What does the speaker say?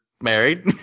married